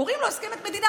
קוראים לו "הסכם עד מדינה",